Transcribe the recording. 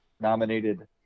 nominated